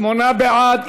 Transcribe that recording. שמונה בעד.